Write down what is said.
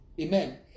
Amen